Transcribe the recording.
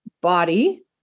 body